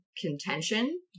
contention